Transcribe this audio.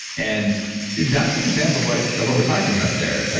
and that's an example of what of what we're talking about there. like